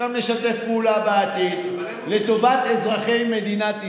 גם נשתף פעולה בעתיד לטובת אזרחי מדינת ישראל.